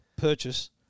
purchase